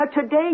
Today